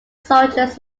soldiers